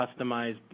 customized